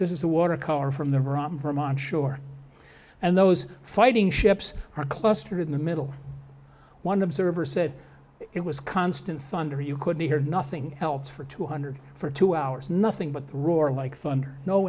this is the water car from the rom from onshore and those fighting ships are clustered in the middle one observer said it was constant thunder you couldn't hear nothing else for two hundred for two hours nothing but the roar like